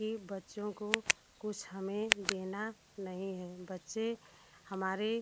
कि बच्चों को कुछ हमें देना नहीं है बच्चे हमारे